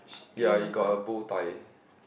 ya he got a bowtie